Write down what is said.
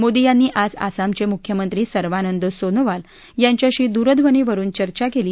मोदी यांनी आज आसामचे मुख्यमंत्री सर्वानंद सोनोवाल यांच्याशी दूरध्वनीवरून चर्चा केली